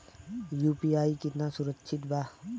UPI कितना सुरक्षित बा?